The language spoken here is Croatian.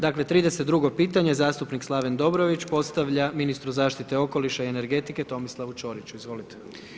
Dakle 32 pitanje zastupnik Slaven Dobrović postavlja ministru zaštite okoliša i energetike Tomislavu Čoriću, izvolite.